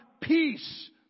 peace